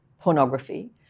pornography